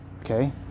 okay